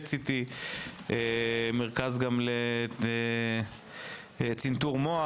PET CT. גם מרכז לצנתור מוח.